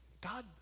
God